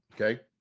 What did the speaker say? okay